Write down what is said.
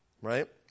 right